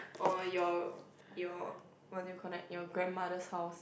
oh your your what do you connect your grandmother's house